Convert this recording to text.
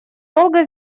долго